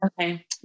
okay